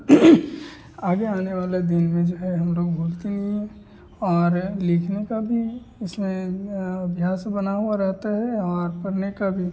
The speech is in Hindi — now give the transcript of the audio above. आगे आने वाला दिन में जो है हम लोग भूलते नहीं हैं और लिखने का भी इसमें अभ्यास बना हुआ रहता है और पढने का भी